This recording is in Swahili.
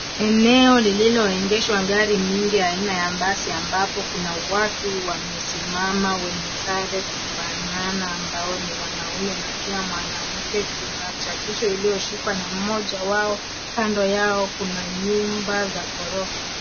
Eneo lililoegeshwa gari mingi aina ya basi ambapo kuna watu wamesimama wenye sare kufanana, ambao ni wanaume na pia mwanamke. Kuna chapisho iliyoshikwa na mmoja wao. Kando yao kuna nyumba za ghorofa.